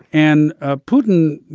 and ah putin,